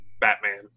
Batman